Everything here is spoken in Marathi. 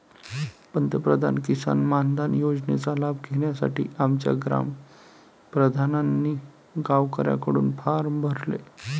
पंतप्रधान किसान मानधन योजनेचा लाभ घेण्यासाठी आमच्या ग्राम प्रधानांनी गावकऱ्यांकडून फॉर्म भरले